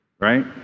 Right